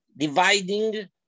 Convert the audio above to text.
Dividing